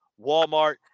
Walmart